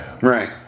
Right